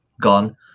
gone